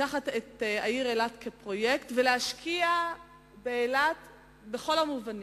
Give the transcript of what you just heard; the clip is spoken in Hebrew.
לקחת את העיר אילת כפרויקט ולהשקיע באילת בכל המובנים: